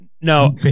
no